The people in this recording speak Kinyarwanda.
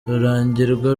rurangirwa